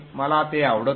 मला ते आवडत नाही